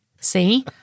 See